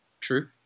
True